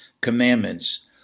commandments